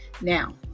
Now